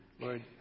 Lord